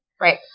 Right